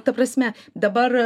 ta prasme dabar